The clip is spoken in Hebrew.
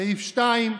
סעיף 2,